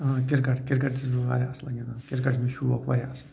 cricket cricket تہِ چھُس بہٕ واریاہ اَصٕل گِنٛدان کِرکَٹُک چھِ مےٚ شوق واریاہ اَصٕل